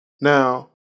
Now